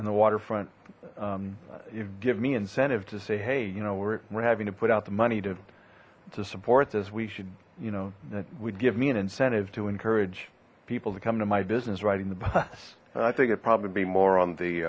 in the waterfront you give me incentive to say hey you know we're we're having to put out the money to to support this we should you know that would give me an incentive to encourage people to come to my business riding the bus i think it'd probably be more on the